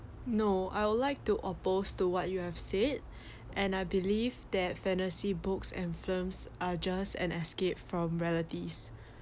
no I would like to oppose to what you have said and I believe that fantasy books and films are just an escape from realities